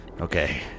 Okay